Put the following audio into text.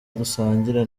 dusangira